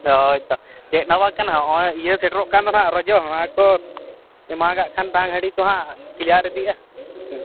ᱦᱳᱭ ᱛᱚ ᱪᱮᱫᱦᱚᱸ ᱵᱟᱝᱠᱟᱱᱟ ᱦᱚᱜᱼᱚᱭ ᱤᱭᱟᱹ ᱥᱮᱴᱮᱨᱚᱜ ᱠᱟᱱᱫᱚ ᱱᱟᱦᱟᱜ ᱨᱚᱡᱚ ᱚᱱᱟᱠᱚ ᱮᱢᱟᱜᱟᱜ ᱠᱷᱟᱱ ᱛᱟᱝ ᱦᱟᱺᱰᱤᱠᱚ ᱨᱮᱭᱟᱲ ᱤᱫᱤᱜᱼᱟ